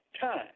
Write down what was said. time